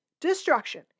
destruction